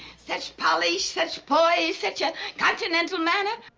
such polish, such poise, such a continental manner.